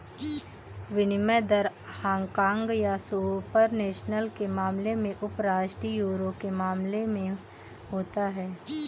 विनिमय दर हांगकांग या सुपर नेशनल के मामले में उपराष्ट्रीय यूरो के मामले में होता है